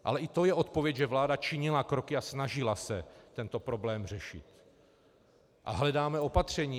Ale i to je odpověď, že vláda činila kroky a snažila se tento problém řešit a hledá opatření.